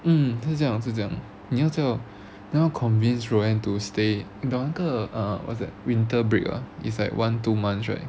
嗯他这样子是这样你要叫你要 convince roanne to stay 你懂那个 uh what's that winter break ah is like one two months right